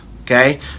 okay